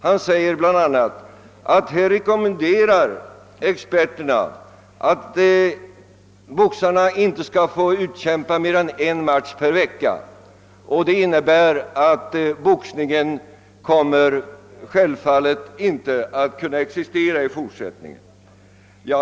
Han säger bl.a., att experterna rekommenderar att boxarna inte skall få utkämpa mer än en match per vecka, och det innebär att boxningen självfallet inte kommer att kunna existera i fortsättningen.